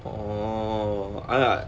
orh ah ah